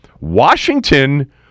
Washington